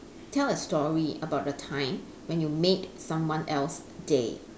tell a story about a time when you made someone else day